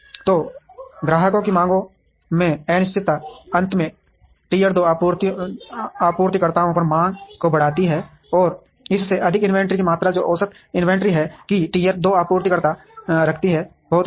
तो ग्राहक की मांगों में अनिश्चितता अंत में टियर दो आपूर्तिकर्ताओं पर मांग को बढ़ाती है और इससे अधिक इन्वेंट्री की मात्रा जो औसत इन्वेंट्री है कि टियर दो आपूर्तिकर्ता रखती है बहुत अधिक है